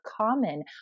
common